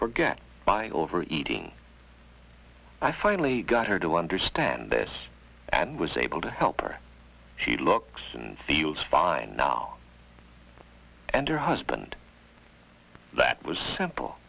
forget by overeating i finally got her to understand this and was able to help her she looks and feels fine now and her husband that was simple